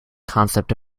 concept